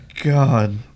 God